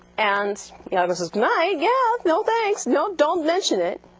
and yeah this is nice yeah no thanks no don't mention it